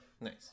Nice